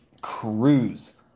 cruise